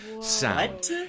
sound